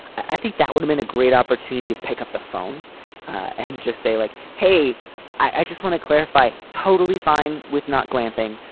i think that would've been a great opportunity to pick up the phone and just say like hey i just want to clarify. totally fine with not clamping.